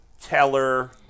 Teller